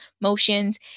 motions